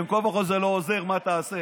בין כה וכה זה לא עוזר, מה תעשה?